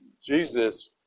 Jesus